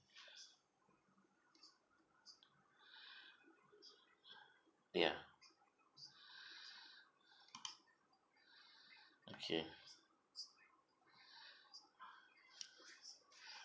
ya okay